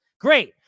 Great